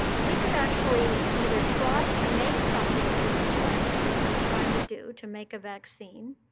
we could actually either try to make something to inject, which we're trying to do, to make a vaccine.